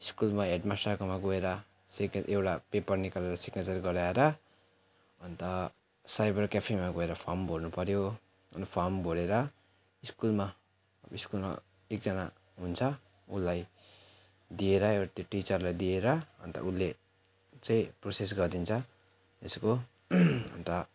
स्कुलमा हेडमास्टरकोमा गएर सेकेन्ड एउटा पेपर निकालेर सिग्नेचर गराएर अन्त साइबर क्याफेमा गएर फर्म भर्नु पर्यो अनि फर्म भरेर स्कुलमा स्कुलमा एकजना हुन्छ उसलाई दिएर एउटा त्यो टिचरलाई दिएर अन्त उसले चाहिँ प्रोसेस गरिदिन्छ त्यसको अन्त